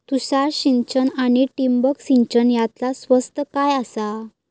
तुषार सिंचन आनी ठिबक सिंचन यातला स्वस्त काय आसा?